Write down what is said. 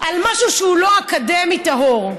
על משהו שהוא לא אקדמי טהור?